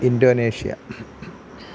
Indonesia